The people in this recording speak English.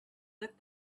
lit